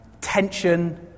tension